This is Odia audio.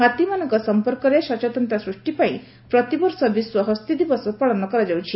ହାତୀମାନଙ୍କ ସମ୍ପର୍କରେ ସଚେତନତା ସୃଷ୍ଟି ପାଇଁ ପ୍ରତିବର୍ଷ ବିଶ୍ୱ ହସ୍ତୀ ଦିବସ ପାଳନ କରାଯାଉଛି